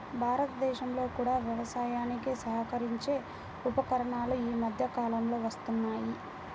భారతదేశంలో కూడా వ్యవసాయానికి సహకరించే ఉపకరణాలు ఈ మధ్య కాలంలో వస్తున్నాయి